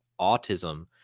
autism